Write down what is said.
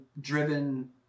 driven